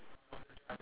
ya